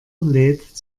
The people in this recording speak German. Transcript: lädt